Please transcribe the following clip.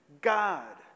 God